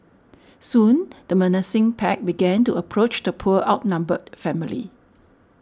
soon the menacing pack began to approach the poor outnumbered family